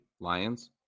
Lions